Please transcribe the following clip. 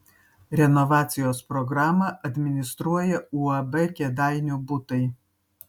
renovacijos programą administruoja uab kėdainių butai